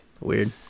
Weird